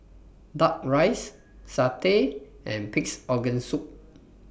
Duck Rice Satay and Pig'S Organ Soup